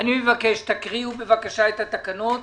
שתקראו את התקנות,